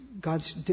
God's